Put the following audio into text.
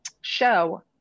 show